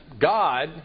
God